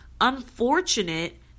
unfortunate